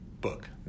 book